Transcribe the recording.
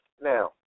Now